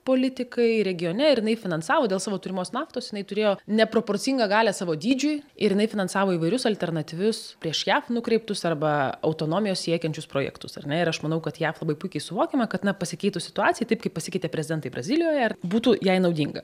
politikai regione ir jinai finansavo dėl savo turimos naftos jinai turėjo neproporcingą galią savo dydžiui ir jinai finansavo įvairius alternatyvius prieš jav nukreiptus arba autonomijos siekiančius projektus ar ne ir aš manau kad jav labai puikiai suvokiama kad na pasikeitus situacijai taip kaip pasikeitė prezidentai brazilijoje būtų jai naudinga